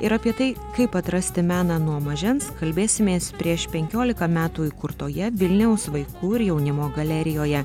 ir apie tai kaip atrasti meną nuo mažens kalbėsimės prieš penkiolika metų įkurtoje vilniaus vaikų ir jaunimo galerijoje